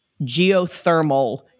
geothermal